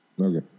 Okay